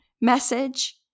message